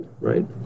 right